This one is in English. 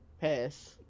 Pass